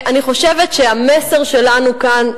אני חושבת שהמסר שלנו כאן,